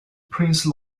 prince